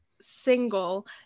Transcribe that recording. single